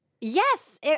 Yes